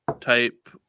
type